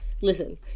Listen